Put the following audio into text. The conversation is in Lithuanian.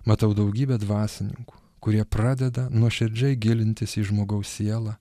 matau daugybę dvasininkų kurie pradeda nuoširdžiai gilintis į žmogaus sielą